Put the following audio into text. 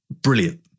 brilliant